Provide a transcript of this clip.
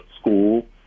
school